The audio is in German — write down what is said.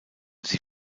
sie